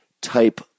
type